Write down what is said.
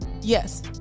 Yes